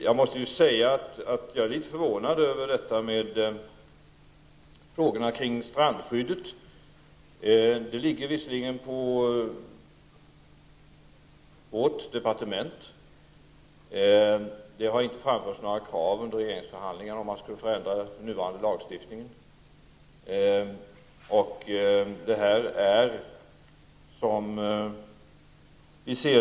Jag är litet förvånad över frågorna kring strandskyddet. De ligger visserligen på vårt departement, men under regeringsförhandlingarna har det inte framförts några krav på att den nuvarande lagstiftningen skall förändras.